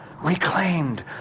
reclaimed